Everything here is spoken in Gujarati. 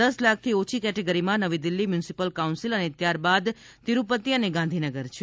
દસ લાખથી ઓછી કેટેગરીમાં નવી દિલ્હી મ્યુનિસિપલ કાઉન્સિલ અને ત્યારબાદ તિરૂપતિ અને ગાંધીનગર છે